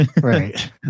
right